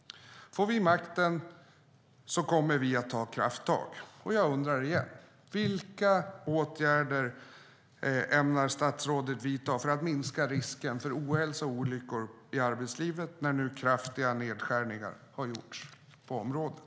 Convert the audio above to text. Får vi makten kommer vi att ta krafttag. Jag undrar igen: Vilka åtgärder ämnar statsrådet att vidta för minska risken för ohälsa och olyckor i arbetslivet när nu kraftiga nedskärningar har gjorts på området?